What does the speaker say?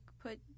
put